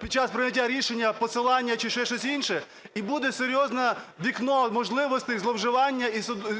під час прийняття рішення посилання чи ще щось інше, і буде серйозне вікно можливостей і зловживання,